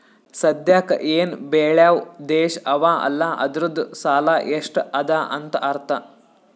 ಸದ್ಯಾಕ್ ಎನ್ ಬೇಳ್ಯವ್ ದೇಶ್ ಅವಾ ಅಲ್ಲ ಅದೂರ್ದು ಸಾಲಾ ಎಷ್ಟ ಅದಾ ಅಂತ್ ಅರ್ಥಾ